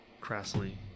crassly